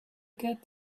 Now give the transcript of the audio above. get